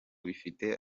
bifite